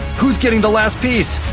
who's getting the last piece?